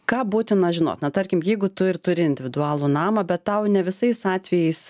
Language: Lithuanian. ką būtina žinot na tarkim jeigu tu ir turi individualų namą bet tau ne visais atvejais